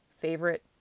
favorite